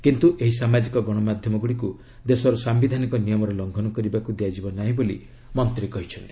କିନ୍ତୁ ଏହି ସାମାଜିକ ଗଣମାଧ୍ୟମ ଗୁଡ଼ିକୁ ଦେଶର ସାୟିଧାନିକ ନିୟମର ଲଙ୍ଘନ କରିବାକୁ ଦିଆଯିବ ନାହିଁ ବୋଲି ମନ୍ତ୍ରୀ କହିଛନ୍ତି